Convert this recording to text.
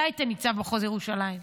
אתה היית ניצב במחוז ירושלים.